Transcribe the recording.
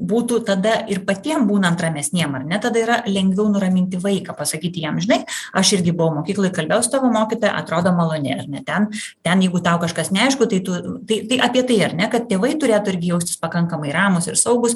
būtų tada ir patiem būnant ramesniem ar ne tada yra lengviau nuraminti vaiką pasakyti jam žinai aš irgi buvau mokykloj kalbėjau su tavo mokytoja atrodo maloni ar ne ten ten jeigu tau kažkas neaišku tai tu tai tai apie tai ar ne kad tėvai turėtų irgi jaustis pakankamai ramūs ir saugūs